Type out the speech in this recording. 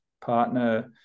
partner